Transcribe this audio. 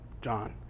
John